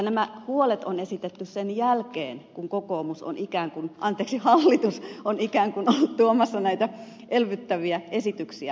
nämä huolet on esitetty sen jälkeen kun hallitus on ikään kuin ollut tuomassa näitä elvyttäviä esityksiään